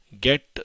get